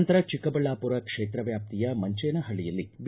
ನಂತರ ಚಿಕ್ಕಬಳ್ಳಾಮರ ಕ್ಷೇತ್ರ ವ್ಯಾಪ್ತಿಯ ಮಂಚೇನಹಳ್ಳಿಯಲ್ಲಿ ಬಿ